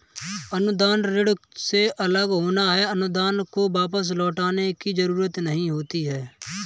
अनुदान ऋण से अलग होता है अनुदान को वापस लौटने की जरुरत नहीं होती है